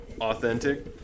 authentic